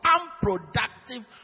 unproductive